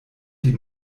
die